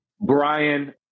Brian